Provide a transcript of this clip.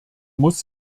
muss